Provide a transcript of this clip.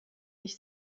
ich